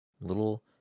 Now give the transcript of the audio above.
little